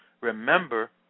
remember